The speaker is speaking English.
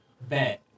Bet